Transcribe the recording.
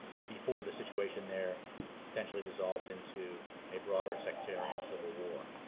before the situation there potentially dissolves into a broader sectarian civil war,